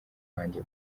wanjye